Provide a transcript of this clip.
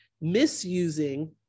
misusing